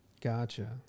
Gotcha